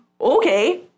okay